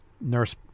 nurse